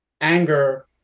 anger